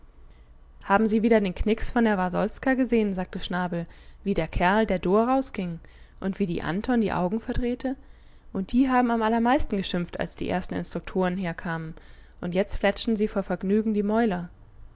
haben sie wieder den knicks von der warsolska gesehen sagte schnabel wie der kerl der dor rausging und wie die anton die augen verdrehte und die haben am allermeisten geschimpft als die ersten instruktoren herkamen und jetzt fletschen sie vor vergnügen die mäuler